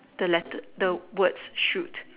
the let the white shoot